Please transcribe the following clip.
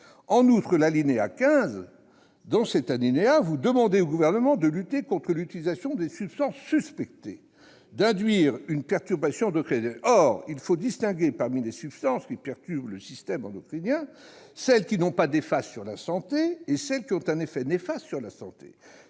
En outre, à l'alinéa 15, vous demandez au Gouvernement de lutter contre l'utilisation des substances « suspectées » d'avoir un effet perturbateur endocrinien. Or il faut distinguer, parmi les substances qui perturbent le système endocrinien, celles qui n'ont pas d'effet néfaste sur la santé et celles qui ont un effet néfaste sur la santé.